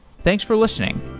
thanks for listening